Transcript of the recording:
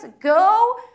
Go